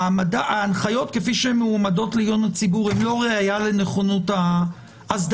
שההנחיות כפי שהן מועמדות לעיון הציבור הן לא ראיה לנכונות האסדרה,